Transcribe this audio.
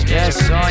Yes